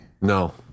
No